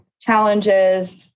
challenges